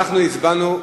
אני הצעתי.